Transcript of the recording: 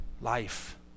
Life